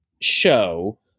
show